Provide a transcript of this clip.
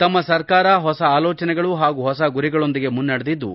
ತಮ್ನ ಸರ್ಕಾರ ಹೊಸ ಆಲೋಚನೆಗಳು ಹಾಗೂ ಹೊಸ ಗುರಿಗಳೊಂದಿಗೆ ಮುನ್ನಡೆದಿದ್ಲು